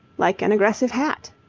like an aggressive hat.